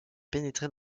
pénétrer